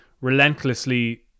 relentlessly